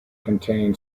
contain